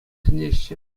сӗнеҫҫӗ